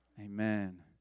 Amen